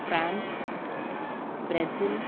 France Brazil